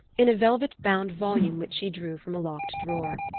in a velvet-bound volume which she drew from a locked drawer.